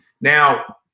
Now